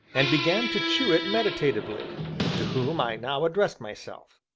and began to chew it meditatively to whom i now addressed myself.